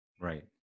Right